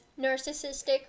narcissistic